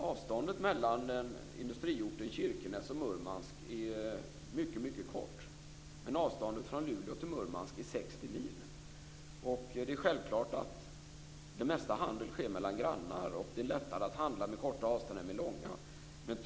Avståndet mellan industriorten Kirkenes och Murmansk är mycket kort, men avståndet från Luleå till Murmansk är 60 mil. Det är självklart att den mesta handeln sker mellan grannar och att det är lättare att handla med korta avstånd än med långa.